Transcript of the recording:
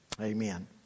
Amen